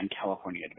California